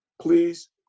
Please